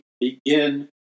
begin